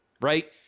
right